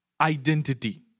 Identity